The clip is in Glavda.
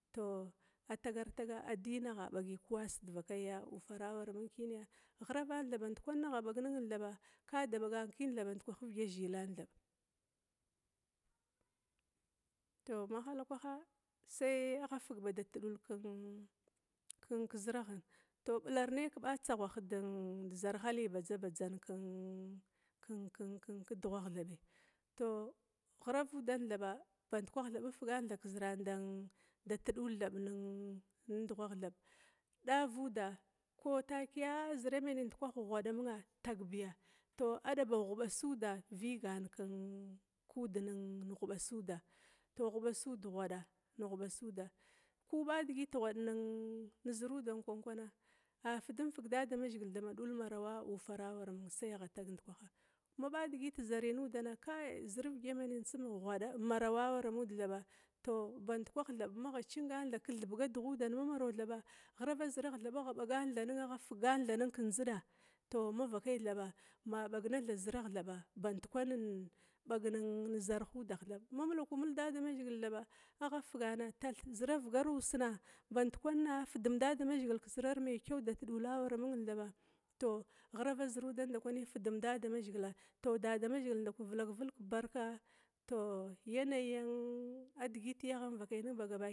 Taw atagar taga aɗyəgha bəgə kwasa dvakaya ufara wara mən kəna. Ghravan thaɓa ba ndukwan agha ɓagnən thaɓakada bəgakən thaɓ avdəzəlanthaɓ taw ma hala kwaha say agha ba fəgdama tdulla kun kun zəragha om tau ɓalaynay ɓa tsaghwahən dən da zarha ly batzn batzang kən-kədughwa-ghuwan ənthaɓa zaravauudan thaɓa kafgan thaɓ ka zərang da tadulla thaɓ ən na dughwagh thaɓ ɗavuda ko takəya zəra mandukah gwaɗa mənga tagbəya thur adabah ghuɓaslda vəgan kən kudnən ghuɓa suuda ghwadaa ghuɓasuda ku ɓa dəgət ghwand nan zaruɗan ɗan kwana afadumfəga dadamazəgla ma ɗulmarawa ufara wara məng say agha kg ndukaha maɓa dəgət zarə nudana kay zəra uvdamanga tsum ghwada marawa awaray mud thaɓ taw ba ndukah tbaɓ ka thaɓgadukudan ma maraw thaɓa ghrava zəragh thaɓa agha ɓa ga’an agha fgarran tha nən knjəɗa tow kava kay thaɓa ma ɓagna tha zəragh thaɓa bandkwanən ɓagnan zarhudah flaɓa ma malaku mulgwa ddamazəgila thaɓa tath zəra vgar vusna bankwanna fədun dadamazəgila kzrara ma chaw dat dula awar məngthaɓa tow ghrava zəru dan nɗamazəgil ndakwany vlak valga ka barka taw yanaya adəgətay ənvakynən ba ghaba daya.